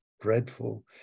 dreadful